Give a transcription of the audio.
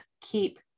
keep